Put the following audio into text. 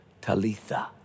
Talitha